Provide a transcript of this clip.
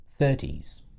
30s